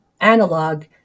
analog